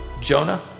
Jonah